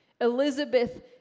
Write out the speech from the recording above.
Elizabeth